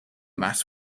matter